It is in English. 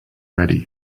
ready